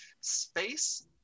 space